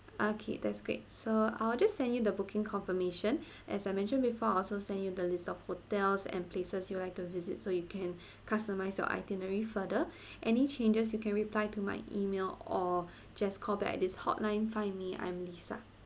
okay that's great so I will just send you the booking confirmation as I mentioned before I'll also send you the list of hotels and places you like to visit so you can customise your itinerary further any changes you can reply to my email or just call back at this hotline find me I'm lisa